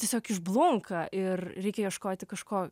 tiesiog išblunka ir reikia ieškoti kažko